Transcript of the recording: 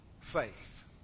faith